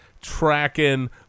tracking